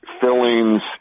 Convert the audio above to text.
fillings